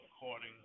according